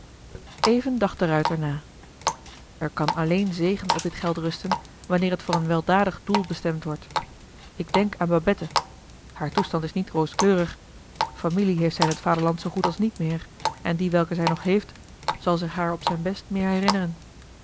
even dacht de ruijter na er kan alleen zegen op dit geld rusten wanneer het voor een weldadig doel bestemd wordt ik denk aan babette haar toestand is niet rooskleurig familie heeft zij in t vaderland zoo goed als niet meer en die welke zij nog heeft zal zich haar op zijn best meer herinneren